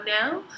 now